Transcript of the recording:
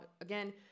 again